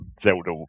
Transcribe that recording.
Zelda